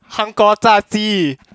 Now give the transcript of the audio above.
韩国炸鸡